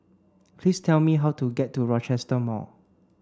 please tell me how to get to Rochester Mall